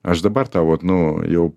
aš dabar tau vat nu jau